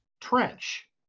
Trench